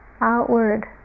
outward